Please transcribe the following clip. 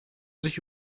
sich